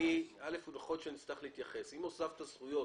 אם הוספת זכויות